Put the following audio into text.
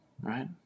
Right